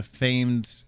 famed